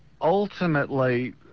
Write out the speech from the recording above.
ultimately